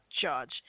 judge